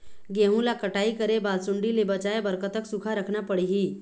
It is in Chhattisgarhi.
गेहूं ला कटाई करे बाद सुण्डी ले बचाए बर कतक सूखा रखना पड़ही?